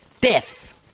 death